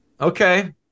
Okay